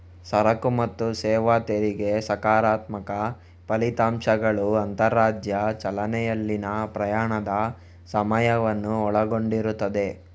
ಸರಕು ಮತ್ತು ಸೇವಾ ತೆರಿಗೆ ಸಕಾರಾತ್ಮಕ ಫಲಿತಾಂಶಗಳು ಅಂತರರಾಜ್ಯ ಚಲನೆಯಲ್ಲಿನ ಪ್ರಯಾಣದ ಸಮಯವನ್ನು ಒಳಗೊಂಡಿರುತ್ತದೆ